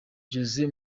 jose